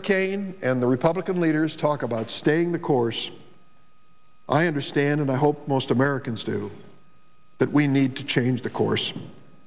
mccain and the republican leaders talk about staying the course i understand and i hope most americans do that we need to change the course